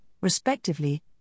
respectively